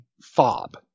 fob